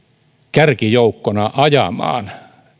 kärkijoukkona ajamaan